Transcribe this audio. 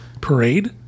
Parade